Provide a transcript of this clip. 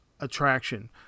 attraction